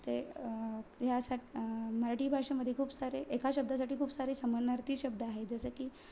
ते ह्यासाठी मराठी भाषेमध्ये खूप सारे एका शब्दासाठी खूप सारे समानार्थी शब्द आहेत जसं की